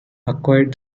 acquired